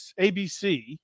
ABC